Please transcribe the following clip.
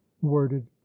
worded